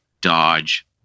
Dodge